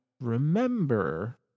Remember